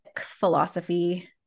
philosophy